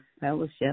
fellowship